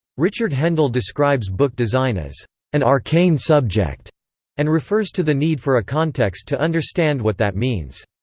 richard hendel describes book design as an arcane subject and refers to the need for a context to understand what that means.